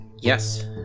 Yes